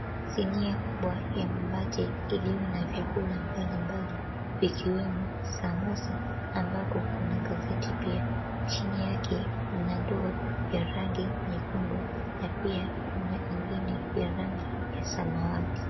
Sinia kubwa ya mabati iliyo na vyakula mbalimbali, vikiwemo samosa ambako kuna gazeti pia. Chini yake mna ndoo ya rangi nyekundu na pia kuna ingine ya rangi ya samawati.